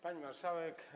Pani Marszałek!